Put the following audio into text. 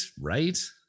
Right